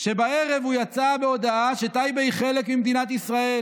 שבערב הוא יצא בהודעה שטייבה היא חלק ממדינת ישראל,